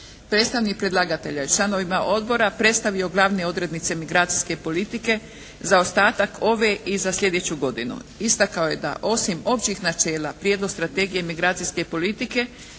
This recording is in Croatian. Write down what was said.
Predstavnik predlagatelja je članovima Odbora predstavio glavne odrednice migracijske politike za ostatak ove i za sljedeću godinu. Istakao je da osim općih načela Prijedlog Strategije migracijske politike